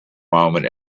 moment